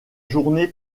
journée